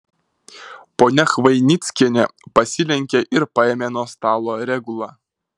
ponia chvainickienė pasilenkė ir paėmė nuo stalo regulą